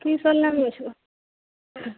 की सब लेबय छौ अह